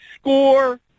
score